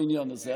בעניין הזה,